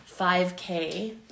5K